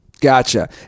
Gotcha